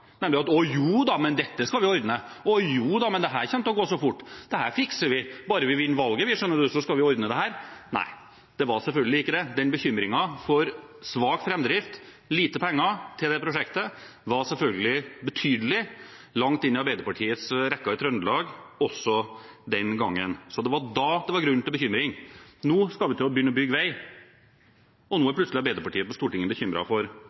jo da, dette skal vi ordne. Å jo da, det her kommer til å gå så fort, det her fikser vi. Bare vi vinner valget, skjønner du, så skal vi ordne dette. Nei, det var selvfølgelig ikke sånn. Bekymringen for svak framdrift og lite penger til prosjektet var selvfølgelig betydelig, langt inn i Arbeiderpartiets rekker i Trøndelag også den gangen. Det var da det var grunn til bekymring. Nå skal vi til å begynne å bygge vei, og nå er plutselig Arbeiderpartiet på Stortinget bekymret for